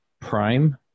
Prime